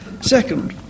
Second